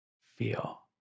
feel